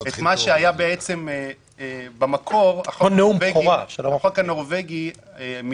זה נאום בכורה ----- במקור החוק הנורווגי.